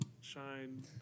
Shine